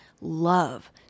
love